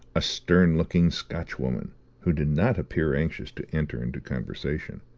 a stern-looking scotchwoman who did not appear anxious to enter into conversation.